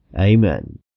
Amen